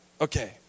Okay